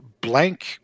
blank